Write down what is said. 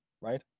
Right